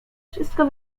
wszystko